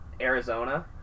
Arizona